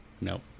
No